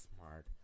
smart